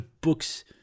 books